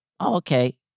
okay